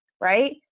Right